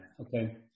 Okay